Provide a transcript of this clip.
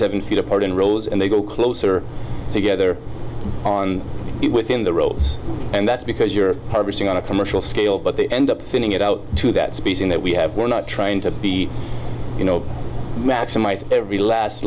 seven feet apart in rows and they go closer together on it within the ropes and that's because you're harvesting on a commercial scale but they end up thinning it out to that species that we have we're not trying to be you know maximize every last